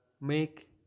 make